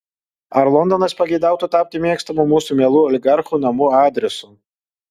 ar londonas pageidautų tapti mėgstamu mūsų mielų oligarchų namų adresu